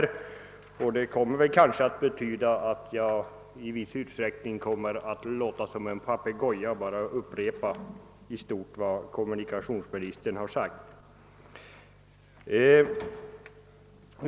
Det kommer kanske att betyda att jag i viss utsträckning låter som en papegoja och i stort sett upprepar vad kommunikationsministern sagt.